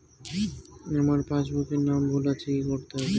আমার পাসবুকে নাম ভুল আছে কি করতে হবে?